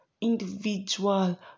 individual